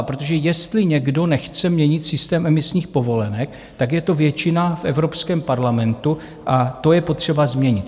Protože jestli někdo nechce měnit systém emisních povolenek, tak je to většina v Evropském parlamentu, a to je potřeba změnit.